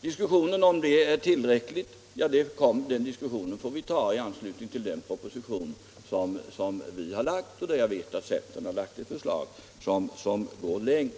Diskussionen huruvida detta är tillräckligt får vi ta i anslutning till behandlingen av den proposition vi lagt — jag vet att centern med anledning av propositionen har väckt en motion som går längre.